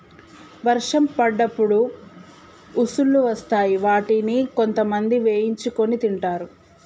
వర్షం పడ్డప్పుడు ఉసుల్లు వస్తాయ్ వాటిని కొంతమంది వేయించుకొని తింటరు